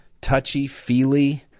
touchy-feely